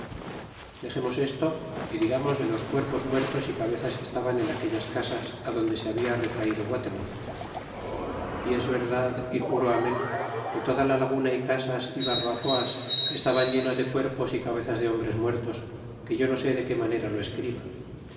dexemos desto y digamos de los cuerpos muertos y cabezas que estaban en aquellas casas adonde se habla retraido guatemuz y es verdad y juro amen que toda la laguna y casas y barbacoas estaban llenas de cuerpos y cabezas de hombres muertos que yo no sé de que manera lo escriba